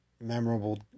memorable